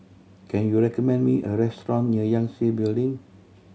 can you recommend me a restaurant near Yangtze Building